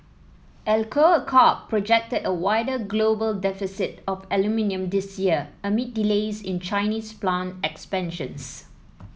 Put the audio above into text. Alcoa Corp projected a wider global deficit of aluminium this year amid delays in Chinese plant expansions